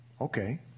Okay